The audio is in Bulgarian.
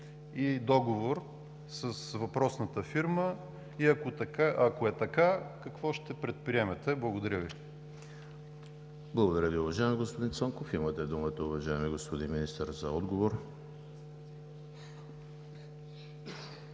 и договор с въпросната фирма, и ако е така, какво ще предприемете? Благодаря Ви. ПРЕДСЕДАТЕЛ ЕМИЛ ХРИСТОВ: Благодаря Ви, уважаеми господин Цонков. Имате думата, уважаеми господин Министър, за отговор.